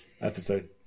episode